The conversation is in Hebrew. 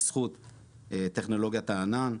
בזכות טכנולוגיית הענן.